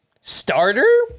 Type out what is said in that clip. starter